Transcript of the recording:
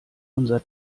unser